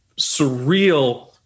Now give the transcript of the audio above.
surreal